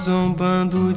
Zombando